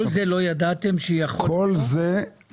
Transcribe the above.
לא ידעתם שכל זה יכול לקרות?